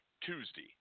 Tuesday